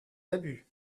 abus